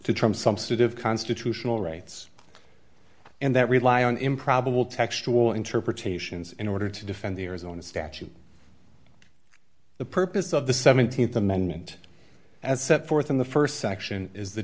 of constitutional rights and that rely on improbable textual interpretations in order to defend the arizona statute the purpose of the th amendment as set forth in the st section is the